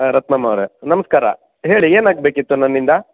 ಹಾಂ ರತ್ನಮ್ಮ ಅವರೇ ನಮಸ್ಕಾರ ಹೇಳಿ ಏನಾಗಬೇಕಿತ್ತು ನನ್ನಿಂದ